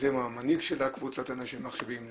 ליוזם ומנהיג קבוצת אנשים ומחשבים,